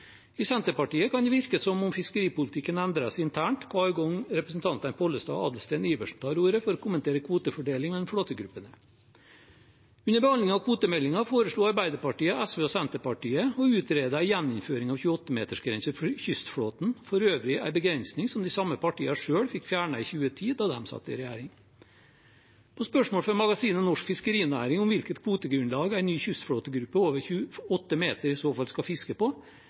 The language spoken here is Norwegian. I Senterpartiet kan det virke som om fiskeripolitikken endres internt hver gang representantene Pollestad og Adelsten Iversen tar ordet for å kommentere kvotefordeling mellom flåtegruppene. Under behandlingen av kvotemeldingen foreslo Arbeiderpartiet, SV og Senterpartiet å utrede en gjeninnføring av 28-metersgrensen for kystflåten, for øvrig en begrensning som de samme partiene selv fikk fjernet i 2010, da de satt i regjering. På spørsmål fra magasinet Norsk Fiskerinæring om hvilket kvotegrunnlag en ny kystflåtegruppe over 28 meter i så fall skal fiske på,